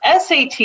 SAT